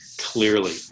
clearly